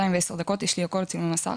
דקות, יש לי הכל, צילומי מסך,